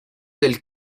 del